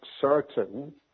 certain